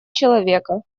человека